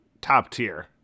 top-tier